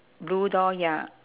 blue door ya